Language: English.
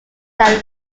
than